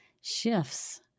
shifts